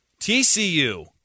TCU